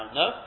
no